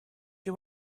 you